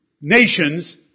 nations